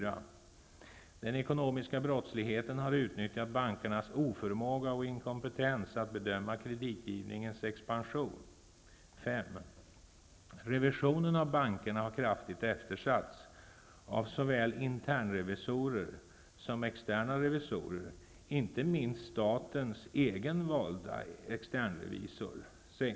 tDen ekonomiska brottsligheten har utnyttjat bankernas oförmåga och inkompetens att bedöma kreditgivningens expansion. tRevisionen av bankerna har kraftigt eftersatts av såväl internrevisorer som externa revisorer, inte minst statens egen valda externrevisor.